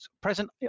present